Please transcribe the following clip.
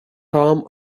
tom